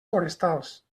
forestals